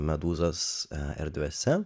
medūzos erdvėse